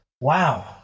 wow